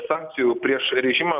sankcijų prieš režimą